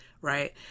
Right